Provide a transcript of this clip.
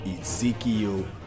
Ezekiel